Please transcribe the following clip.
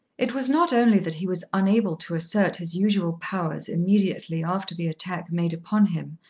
it was not only that he was unable to assert his usual powers immediately after the attack made upon him,